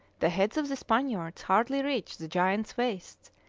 the heads of the spaniards hardly reached the giants' waists,